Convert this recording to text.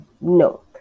no